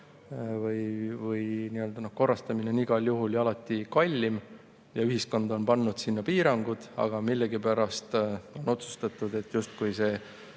või korrastamine on igal juhul ja alati kallim. Ühiskond on pannud nende puhul piirangud, aga millegipärast on otsustatud, et justkui